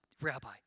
rabbi